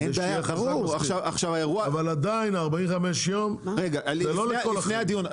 אבל עדיין ה-45 יום זה לא לכל החיים.